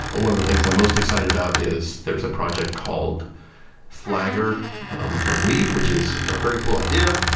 one of the things i'm most excited about is there's a project called flagger from weave, which is a very cool idea.